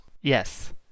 Yes